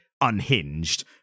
unhinged